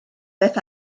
beth